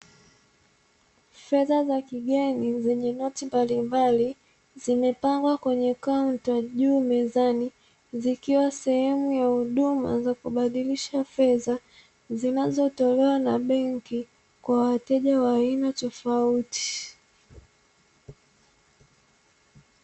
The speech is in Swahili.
Fedha za kigeni zenye noti mbalimbali, zimepangwa kwenye kaunta juu mezani, zikiwa sehemu ya huduma ya kubadilisha fedha, zinazotolewa na benki kwa wateja wa aina tofauti.